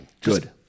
good